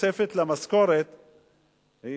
התוספת למשכורת היא